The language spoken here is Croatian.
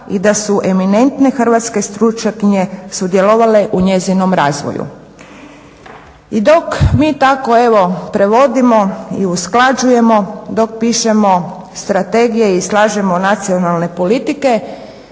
i da su eminentne hrvatske stručnjakinje sudjelovale u njezinom razvoju. I dok mi tako evo prevodimo i usklađujemo, dok pišemo strategije i slažemo nacionalne politike